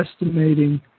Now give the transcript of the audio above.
estimating